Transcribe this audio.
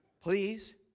Please